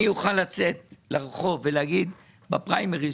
אני אוכל לצאת לרחוב ולהגיד בפריימריז